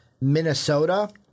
Minnesota